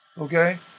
Okay